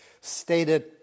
stated